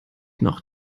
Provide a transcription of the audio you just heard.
noch